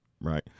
right